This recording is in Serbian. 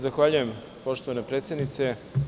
Zahvaljujem poštovana predsednice.